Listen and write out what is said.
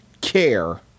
care